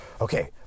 okay